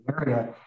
area